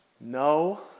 No